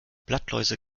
blattläuse